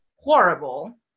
horrible